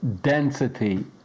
density